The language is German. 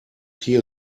hier